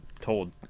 told